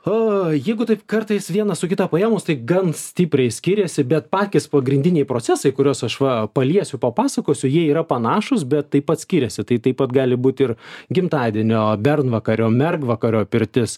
o jeigu taip kartais vieną su kita paėmus tai gan stipriai skyriasi bet patys pagrindiniai procesai kuriuos aš va paliesiu papasakosiu jie yra panašūs bet taip pat skiriasi tai taip pat gali būt ir gimtadienio bernvakario mergvakario pirtis